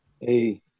Hey